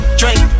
drink